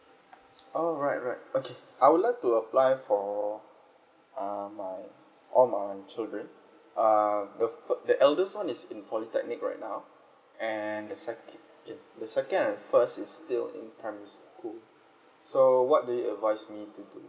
oh right right okay I would like to apply for uh my all my children uh the first the eldest one is in polytechnic right now and the sec~ the second and first is still in primary school so what do you advise me to do